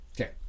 Okay